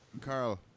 Carl